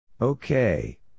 Okay